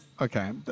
Okay